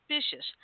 suspicious